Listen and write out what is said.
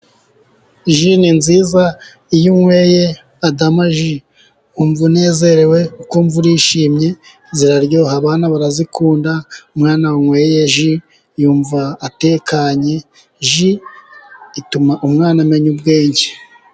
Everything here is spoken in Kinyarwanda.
Ji ni nziza， iyo unyweye Adama ji，wumva unezerewe，ukumva urishimye， ziraryoha abana barazikunda，umwana wanyweye ji yumva atekanye， ji ituma umwana amenya ubwenge.